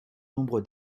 nombre